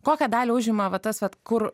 kokią dalį užima va tas vat kur